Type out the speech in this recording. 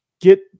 get